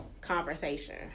conversation